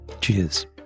cheers